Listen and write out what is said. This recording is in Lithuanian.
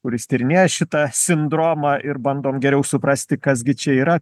kuris tyrinėja šitą sindromą ir bandom geriau suprasti kas gi čia yra